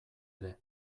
ere